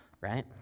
right